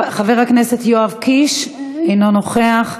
חבר הכנסת יואב קיש, אינו נוכח.